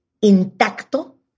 intacto